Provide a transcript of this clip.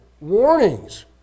warnings